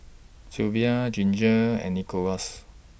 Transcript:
Sylva Ginger and Nicholaus